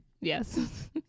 Yes